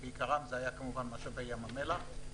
ובעיקרם זה היה כמובן משאבי ים המלח,